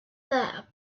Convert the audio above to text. there